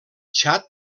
txad